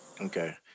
Okay